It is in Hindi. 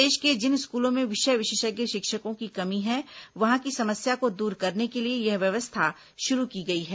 प्रदेश के जिन स्कूलों में विशेष विशेषज्ञ शिक्षकों की कमी है वहां की समस्या को दूर करने के लिए यह व्यवस्था शुरू की गई है